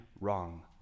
wrong